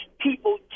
people